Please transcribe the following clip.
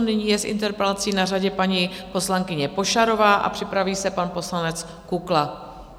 Nyní je s interpelací na řadě paní poslankyně Pošarová a připraví se pan poslanec Kukla.